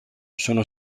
sono